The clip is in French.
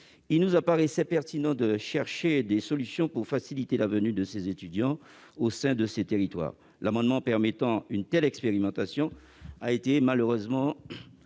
Il nous a donc paru pertinent de chercher des solutions pour faciliter la venue des étudiants au sein de ces territoires. L'amendement qui tendait à instaurer une telle expérimentation a été malheureusement